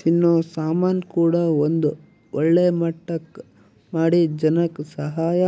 ತಿನ್ನೋ ಸಾಮನ್ ಕೂಡ ಒಂದ್ ಒಳ್ಳೆ ಮಟ್ಟಕ್ ಮಾಡಿ ಜನಕ್ ಸಹಾಯ